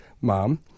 mom